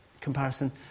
comparison